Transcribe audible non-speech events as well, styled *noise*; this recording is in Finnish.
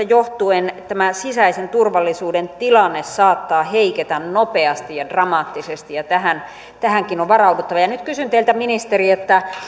*unintelligible* johtuen tämä sisäisen turvallisuuden tilanne saattaa heiketä nopeasti ja dramaattisesti ja tähänkin on varauduttava nyt kysyn teiltä ministeri